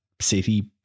city